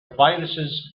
viruses